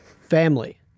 family